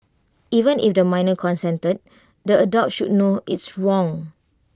even if the minor consented the adult should know it's wrong